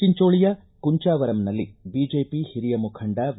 ಚಿಂಚೋಳಿಯ ಕುಂಚಾವರಂನಲ್ಲಿ ಬಿಜೆಪಿ ಹಿರಿಯ ಮುಖಂಡ ವಿ